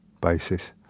basis